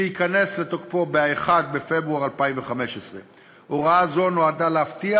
שייכנס לתוקפו ב-1 בפברואר 2015. הוראה זו נועדה להבטיח